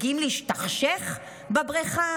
מגיעים להשתכשך בבריכה,